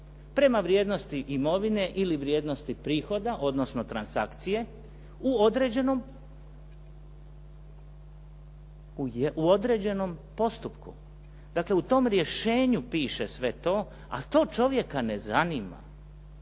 prema vrijednosti imovine ili vrijednosti prihoda, odnosno transakcije u određenom postupku. Dakle, u tom rješenju piše sve to, a to čovjeka ne zanima.